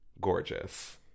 Gorgeous